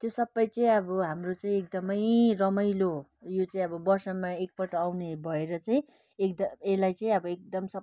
त्यो सबै चाहिँ अब हाम्रो चाहिँ एकदमै रमाइलो यो चाहिँ अब वर्षमा एक पल्ट आउने भएर चाहिँ एकद यसलाई चाहिँ एब एकदम स